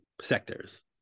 sectors